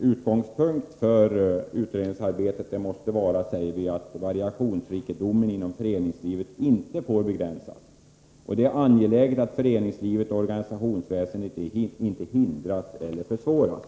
utgångspunkt för utredningsarbetet måste vara att variationsrikedomen inom föreningslivet inte får begränsas och att det är angeläget att föreningslivet och organisationsväsendet inte hindras eller försvåras.